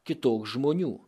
kitoks žmonių